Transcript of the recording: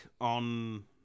on